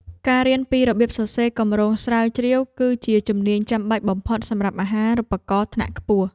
ការរៀនពីរបៀបសរសេរគម្រោងស្រាវជ្រាវគឺជាជំនាញចាំបាច់បំផុតសម្រាប់អាហារូបករណ៍ថ្នាក់ខ្ពស់។